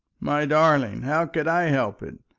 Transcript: my darling! how could i help it?